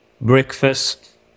breakfast